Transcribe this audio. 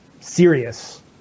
serious